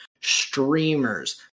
streamers